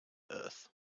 earth